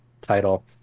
title